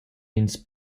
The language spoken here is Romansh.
ins